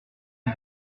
les